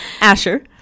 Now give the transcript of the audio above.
Asher